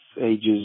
ages